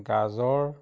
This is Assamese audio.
গাজৰ